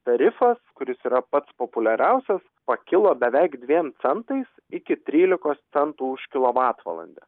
tarifas kuris yra pats populiariausias pakilo beveik dviem centais iki trylikos centų už kilovatvalandę